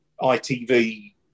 ITV